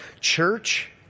church